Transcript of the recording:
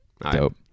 Dope